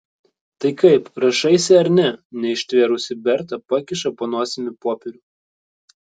tai kaip rašaisi ar ne neištvėrusi berta pakiša po nosimi popierių